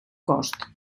cost